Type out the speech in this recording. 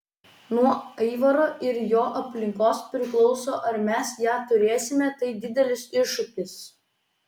nuo aivaro ir jo aplinkos priklauso ar mes ją turėsime tai didelis iššūkis